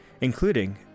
including